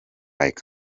high